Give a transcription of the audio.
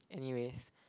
anyways